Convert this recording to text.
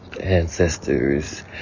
ancestors